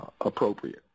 appropriate